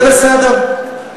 וזה בסדר,